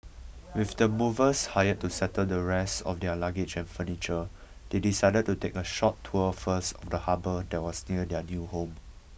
with the movers hired to settle the rest of their luggage and furniture they decided to take a short tour first of the harbour that was near their new home